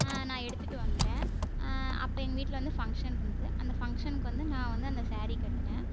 நான் எடுத்துகிட்டு வந்துட்டேன் அப்போ எங்கள் வீட்டில் வந்து ஃபங்க்ஷன் இருந்தது அந்த ஃபங்க்ஷனுக்கு வந்து நான் வந்து அந்த சேரீ கட்டினேன்